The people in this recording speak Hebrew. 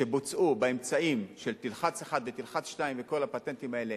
שבוצעו באמצעים של תלחץ 1 ותלחץ 2 וכל הפטנטים האלה,